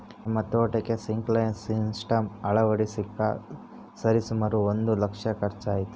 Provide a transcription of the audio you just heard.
ನಮ್ಮ ತೋಟಕ್ಕೆ sprinkler system ಅಳವಡಿಸಕ ಸರಿಸುಮಾರು ಒಂದು ಲಕ್ಷ ಖರ್ಚಾಯಿತು